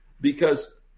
because-